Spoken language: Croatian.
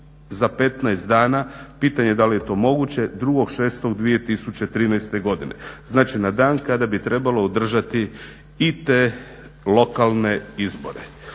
za 15 dana pitanje je da li je to moguće 2.06.2013. godine. Znači, na dan kada bi trebalo održati i te lokalne izbore.